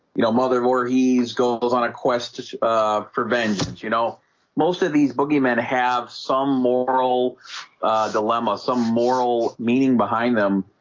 you know mother where he's going on a quest for vengeance, you know most of these boogie men have some moral dilemma some moral meaning behind them.